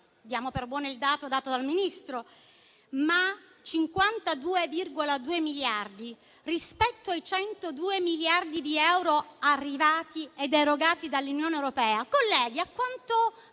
Diamo per buono il dato fornito dal Ministro, ma 52,2 miliardi rispetto ai 102 miliardi di euro arrivati ed erogati dall'Unione europea a quanto